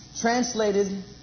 translated